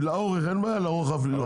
לאורך, לרוחב לא.